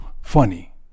funny